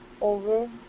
over